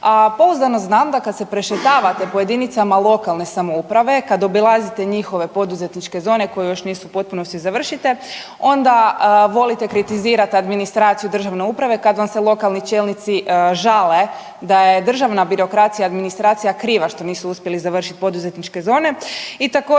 pouzdano znam da kad se prešetavate po JLS, kad obilazite njihove poduzetničke zone koje još nisu u potpunosti završite onda volite kritizirat administraciju državne uprave kad vam se lokalni čelnici žale da je državna birokracija i administracija kriva što nisu uspjeli završit poduzetničke zone. I također